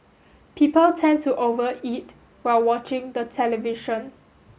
people tend to over eat while watching the television